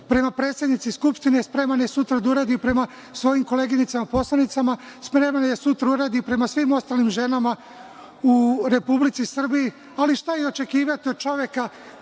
prema predsednici Skupštine, spreman je sutra da uradi i prema svojim koleginicama poslanicima, spreman je sutra da uradi prema svim ostalim ženama u Republici Srbiji. Ali, šta i očekivati od čoveka